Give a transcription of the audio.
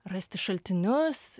rasti šaltinius